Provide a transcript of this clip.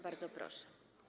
Bardzo proszę.